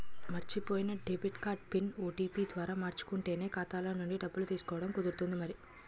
మర్చిపోయిన debit card PIN, OTP ద్వారా మార్చుకుంటేనే ఖాతాలో నుండి డబ్బులు తీసుకోవడం కుదురుతుంది మరి